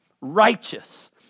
righteous